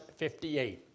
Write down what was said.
58